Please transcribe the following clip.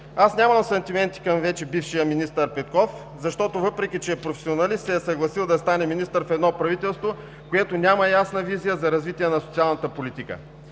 Аз нямам сантименти към вече бившия министър Петков, защото, въпреки че е професионалист, се е съгласил да стане министър в едно правителство, което няма ясна визия за развитие на социалната политика.